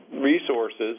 resources